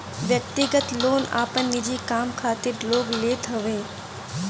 व्यक्तिगत लोन आपन निजी काम खातिर लोग लेत हवे